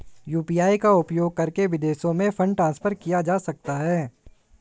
UPI का उपयोग करके विदेशों में फंड ट्रांसफर किया जा सकता है?